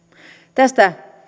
tästä